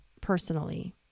personally